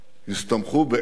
נסתמכו בעצם